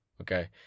Okay